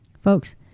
Folks